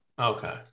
Okay